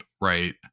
Right